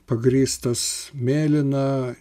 pagrįstas mėlyna